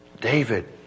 David